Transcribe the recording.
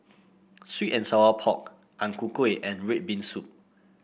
sweet and Sour Pork Ang Ku Kueh and red bean soup